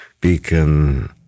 Beacon